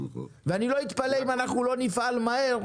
ואני לא אתפלא אם אנחנו לא נפעל מהר,